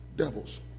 Devils